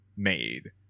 Made